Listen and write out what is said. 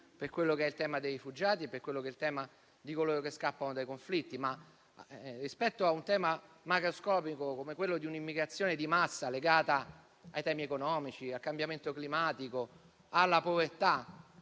internazionali sul tema dei rifugiati e sul tema di coloro che scappano dai conflitti. Rispetto però a un tema macroscopico come quello di un'immigrazione di massa legata ai temi economici, al cambiamento climatico e alla povertà,